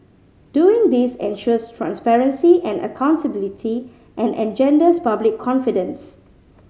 doing this ensures transparency and accountability and engenders public confidence